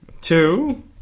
Two